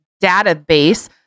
database